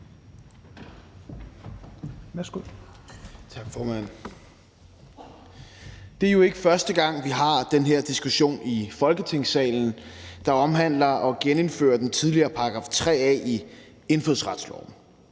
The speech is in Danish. Det er jo ikke første gang, vi har den her diskussion i Folketingssalen, der handler om at genindføre den tidligere § 3 A i indfødsretsloven.